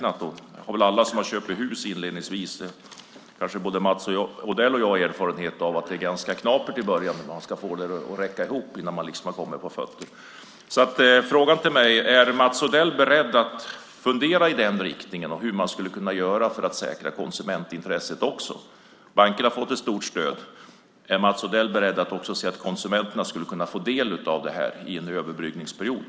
Alla som har köpt hus vet ju - det har kanske både Mats Odell och jag erfarenhet av - att det inledningsvis kan vara ganska knapert och svårt att få det att gå ihop. Min fråga är alltså: Är Mats Odell beredd att fundera i den riktningen, hur man skulle kunna göra för att också säkra konsumentintresset? Bankerna har fått ett stort stöd. Är Mats Odell beredd att se till att också konsumenterna kan få del av detta i en överbryggningsperiod?